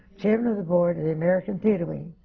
chairman of the board of the american theatre wing.